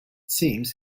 seems